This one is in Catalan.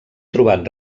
trobat